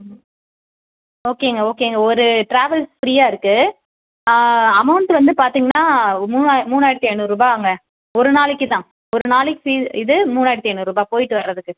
ஓகேங்க ஓகேங்க ஒரு டிராவல்ஸ் ஃப்ரீயாக இருக்குது அமௌண்ட் வந்து பார்த்தீங்கனா மூணா மூணாயிரத்து ஐந்நூறு ரூபாய்ங்க ஒருநாளைக்குத்தான் ஒரு நாள் ஃபீ இது மூணாயித்து ஐந்நூறு போய்விட்டு வர்றதுக்கு